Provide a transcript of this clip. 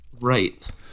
Right